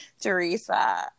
Teresa